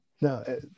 No